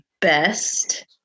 best